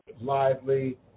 lively